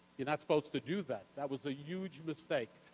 you're not supposed to do that. that was a huge mistake.